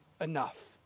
enough